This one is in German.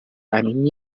einigen